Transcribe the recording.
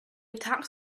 tax